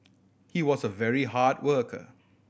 he was a very hard worker